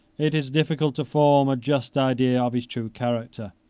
it is difficult to form a just idea of his true character.